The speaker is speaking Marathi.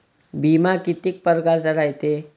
बिमा कितीक परकारचा रायते?